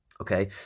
okay